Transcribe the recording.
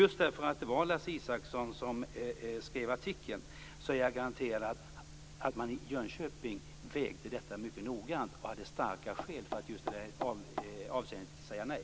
Just därför att det var Lasse Isaksson som skrev artikeln är jag garanterad att man i Jönköping vägde detta mycket noggrant och hade starka skäl för att just i det avseendet säga nej.